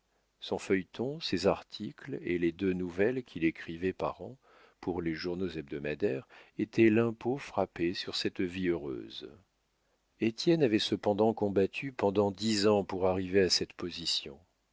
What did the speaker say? son feuilleton ses articles et les deux nouvelles qu'il écrivait par an pour les journaux hebdomadaires étaient l'impôt frappé sur cette vie heureuse étienne avait cependant combattu pendant dix ans pour arriver à cette position